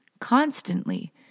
constantly